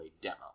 demo